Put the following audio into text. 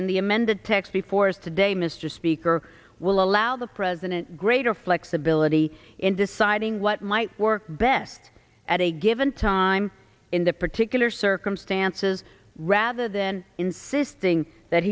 in the amended text before us today mr speaker will allow the president greater flexibility in deciding what might work best at a given time in the particular circumstances rather than insisting that